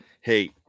Hey